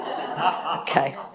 okay